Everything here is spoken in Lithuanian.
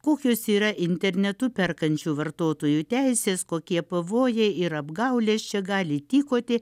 kokios yra internetu perkančių vartotojų teisės kokie pavojai ir apgaulės čia gali tykoti